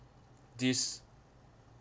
this